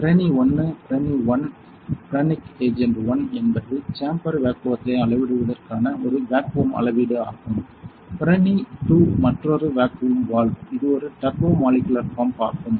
பிரணி 1 Pirani 1 பிரானிக் ஏஜென்ட் 1 என்பது சேம்பர் வேக்குவத்த்தை அளவிடுவதற்கான ஒரு வேக்குவம் அளவீடு ஆகும் பிரனி 2 மற்றொரு வேக்குவம் வால்வு இது ஒரு டர்போ மாலிக்கூலர் பம்ப் ஆகும்